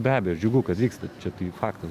be abejo džiugu kad vyksta čia tai faktas